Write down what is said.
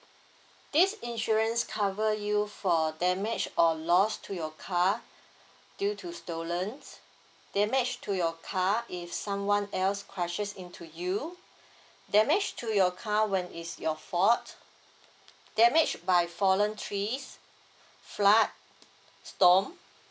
this insurance cover you for damage or loss to your car due to stolen damage to your car if someone else crushes into you damage to your car when is your fault damage by fallen trees flood storm